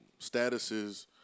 statuses